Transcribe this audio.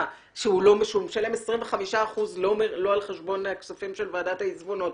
שהוא משלם 25% לא על חשבון הכספים המגיעים מוועדת העיזבונות.